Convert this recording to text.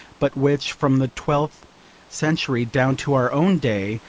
but which, from the twelfth century down to our own day,